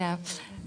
זה נכון.